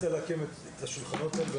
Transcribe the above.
אני רוצה להקים את השולחנות העגולים.